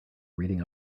reading